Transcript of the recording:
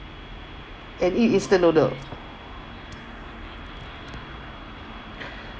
and eat instant noodle